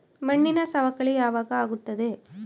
ಮಣ್ಣಿನ ಸವಕಳಿ ಯಾವಾಗ ಆಗುತ್ತದೆ?